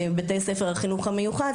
ובתי ספר החינוך המיוחד,